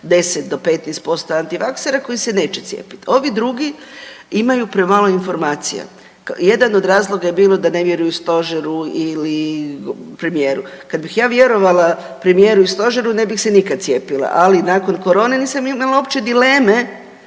do 15% antivaksera koji se neće cijepiti. Ovi drugi imaju premalo informacija. Jedan od razloga je bilo da ne vjeruju stožeru ili premijeru. Kada bih ja vjerovala premijeru i stožeru ne bih se nikada cijepila, ali nakon korone nisam imala uopće dileme.